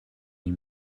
les